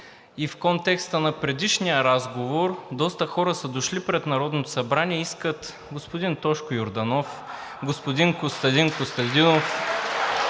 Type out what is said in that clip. и в контекста на предишния разговор доста хора са дошли пред Народното събрание. Искат господин Тошко Йорданов, господин Костадин Костадинов,